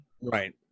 Right